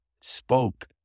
spoke